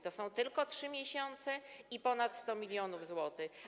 To są tylko 3 miesiące i ponad 100 mln zł.